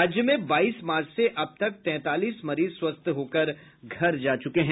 राज्य में बाईस मार्च से अब तक तैंतालीस मरीज स्वस्थ होकर घर जा चुके हैं